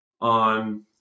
on